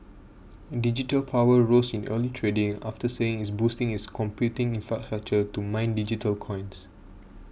Digital Power rose in early trading after saying it's boosting its computing infrastructure to mine digital coins